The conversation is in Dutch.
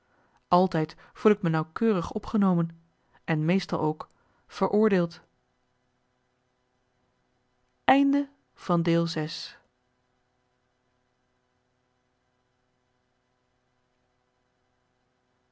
altijd voel ik me nauwkeurig opgenomen en meestal ook veroordeeld